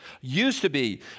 used-to-be